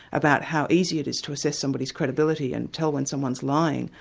about how easy it is to assess somebody's credibility and tell when someone's lying,